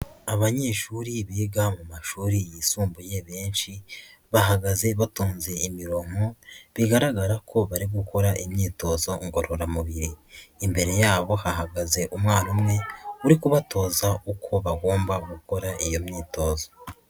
Abanyeshuri biga mu mashuri yisumbuye benshi bahagaze batonze imirongo bigaragara ko bari gukora imyitozo ngororamubiri, imbere yabo hahagaze umwana umwe uri kubatoza uko bagomba gukora iyo myitozo.